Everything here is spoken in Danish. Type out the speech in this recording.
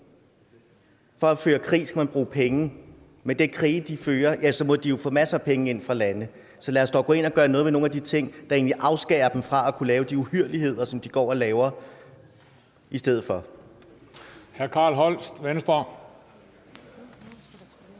For at føre krig skal man bruge penge, og med de krige, de fører, må de jo få masser af penge ind fra lande, så lad os dog gå ind og gøre noget ved nogle af de ting, der egentlig afskærer dem fra at kunne lave de uhyrligheder, som de går og laver, i stedet for.